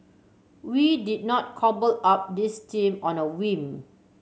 we did not cobble up this team on a whim